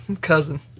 cousin